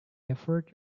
effort